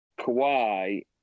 Kawhi